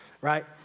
right